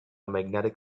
magnetic